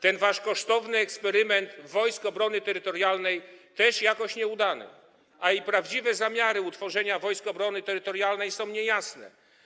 Ten wasz kosztowny eksperyment Wojsk Obrony Terytorialnej też jest nieudany, a i prawdziwe zamiary utworzenia Wojsk Obrony Terytorialnej są niejasne.